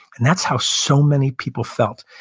and that's how so many people felt.